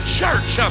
church